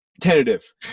tentative